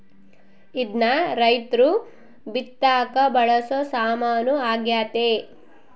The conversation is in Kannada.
ಇದ್ನ ರೈರ್ತು ಬಿತ್ತಕ ಬಳಸೊ ಸಾಮಾನು ಆಗ್ಯತೆ